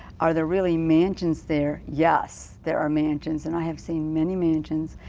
are there really mansions there. yes there are mansions and i have seen many mansions.